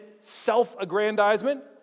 self-aggrandizement